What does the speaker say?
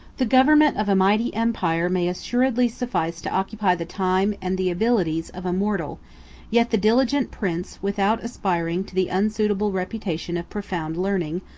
the government of a mighty empire may assuredly suffice to occupy the time, and the abilities, of a mortal yet the diligent prince, without aspiring to the unsuitable reputation of profound learning,